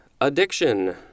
addiction